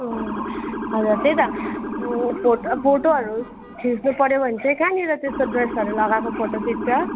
हजुर त्यही त फोटो फोटोहरू खिच्नुपऱ्यो भने चाहिँ कहाँनिर त्यस्तो ड्रेसहरू लगाएको फोटो खिच्छ